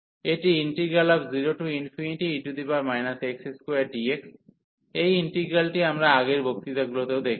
এটি 0e x2dx এই ইন্টিগ্রালটি আমরা আগের বক্তৃতাগুলিতেও দেখেছি